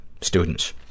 students